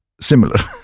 similar